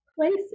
places